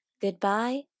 goodbye